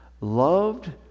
loved